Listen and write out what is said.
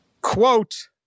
Quote